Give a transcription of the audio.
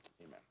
amen